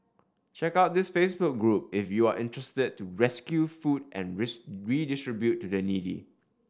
check out this Facebook group if you are interested to rescue food and redistribute to the needy